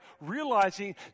realizing